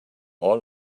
all